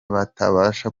batabasha